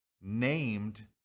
named